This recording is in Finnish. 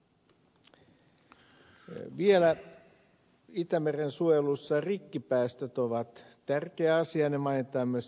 vielä itämeren suojelussa rikkipäästöt ovat tärkeä asia ne mainitaan myös selonteossa